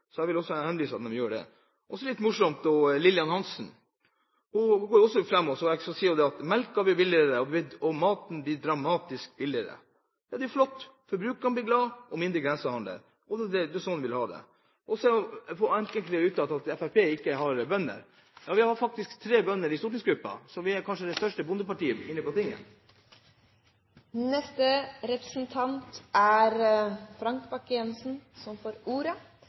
Så er det litt morsomt med Lillian Hansen. Hun sa at melken blir billigere, og at maten blir «dramatisk» billigere. Ja, det er flott! Forbrukerne blir glade, og det blir mindre grensehandel. Det er slik vi vil ha det. Så sier man at det ikke er bønder i Fremskrittspartiet. Jo, vi har faktisk tre bønder i stortingsgruppen, så vi er kanskje det største bondepartiet inne på tinget. Jeg vil gjerne få kommentere noen av de innspillene som